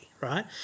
right